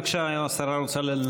בבקשה, האם השרה רוצה להשיב?